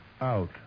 out